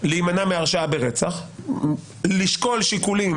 להימנע בהרשעה ברצח ולשקול שיקולים,